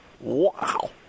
Wow